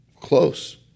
Close